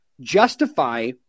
justify